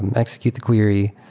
and execute the query,